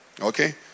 okay